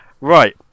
Right